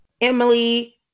emily